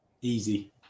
Easy